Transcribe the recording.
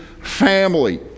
family